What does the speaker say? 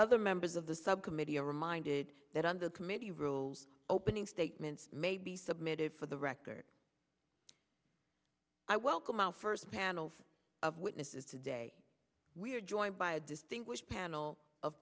other members of the subcommittee are reminded that on the committee rules opening statements may be submitted for the record i welcome our first panel of witnesses today we are joined by a distinguished panel of